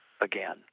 again